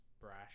brash